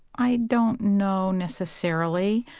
i don't know, necessarily.